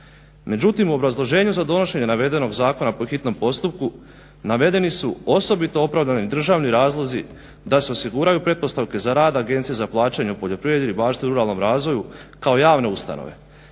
Međutim u obrazloženju za donošenje navedenog zakona po hitnom postupku navedeni su osobito opravdani državni razlozi da se osiguraju pretpostavke za rad agencije za plaćanje u poljoprivredi, ribarstvu i ruralnom razvoju kao javne ustanove